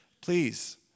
please